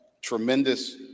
tremendous